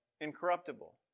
incorruptible